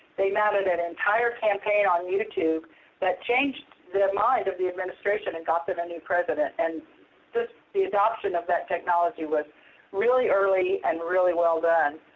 they mounted an entire campaign on youtube that changed the mind of the administration and got them a new president. and the the adoption of that technology was really early and really well done.